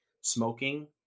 smoking